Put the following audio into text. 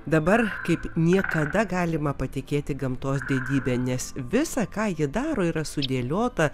dabar kaip niekada galima patikėti gamtos didybe nes visa ką ji daro yra sudėliota